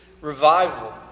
Revival